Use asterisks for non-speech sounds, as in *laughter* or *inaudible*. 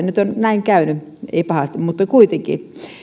*unintelligible* nyt on näin käynyt ei pahasti mutta kuitenkin